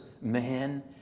man